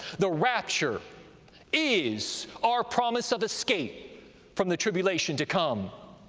the rapture is our promise of escape from the tribulation to come.